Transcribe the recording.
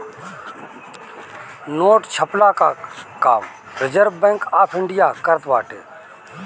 note छ्पला कअ काम रिजर्व बैंक ऑफ़ इंडिया करत बाटे